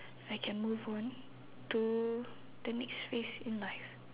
I can move on to the next phase in life